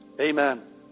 Amen